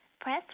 Press